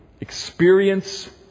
experience